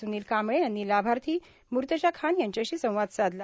सुनील कांबळे यांनी लाभार्थी मूर्तजा खान यांच्याशी संवाद साधला